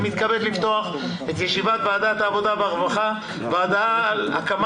אני מתכבד לפתוח את ישיבת ועדת העבודה והרווחה על הקמת